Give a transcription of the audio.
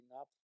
up